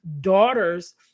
daughters